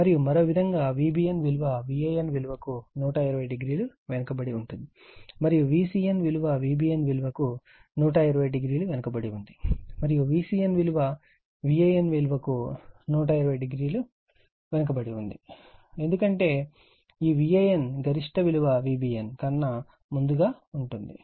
మరియు మరో విధంగా Vbn విలువ Van విలువకు 120 o వెనుకబడి ఉంది మరియు Vcn విలువ Vbn విలువకు 120 o వెనుకబడి ఉంది మరియు Vcn విలువ Van విలువకు 240o వెనుకబడి ఉంది ఎందుకంటే ఈ Van గరిష్ట విలువ Vbn కన్నా ముందుగా ఉంటుంది